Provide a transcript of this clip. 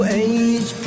age